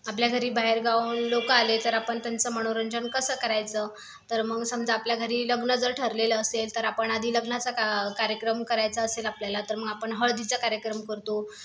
आपल्या घरी बाहेर गावावरून लोक आले तर आपण त्यांचं मनोरंजन कसं करायचं तर मग समजा आपल्या घरी लग्न जर ठरलेलं असेल तर आपण आधी लग्नाचा का कार्यक्रम करायचा असेल आपल्याला तर मग आपण हळदीचा कार्यक्रम करतो